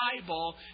Bible